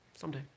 someday